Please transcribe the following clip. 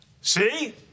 See